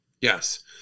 yes